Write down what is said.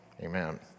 Amen